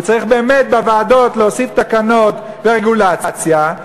וצריך באמת בוועדות להוסיף תקנות ורגולציה,